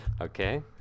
Okay